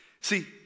See